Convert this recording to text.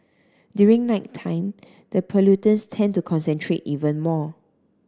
during nighttime the pollutants tend to concentrate even more